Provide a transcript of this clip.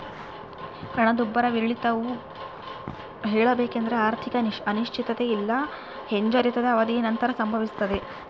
ಹಣದುಬ್ಬರವಿಳಿತವು ಹೇಳಬೇಕೆಂದ್ರ ಆರ್ಥಿಕ ಅನಿಶ್ಚಿತತೆ ಇಲ್ಲಾ ಹಿಂಜರಿತದ ಅವಧಿಯ ನಂತರ ಸಂಭವಿಸ್ತದೆ